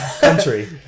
country